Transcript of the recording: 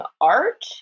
art